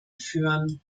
führen